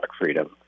Freedom